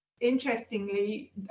interestingly